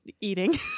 eating